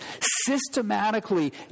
systematically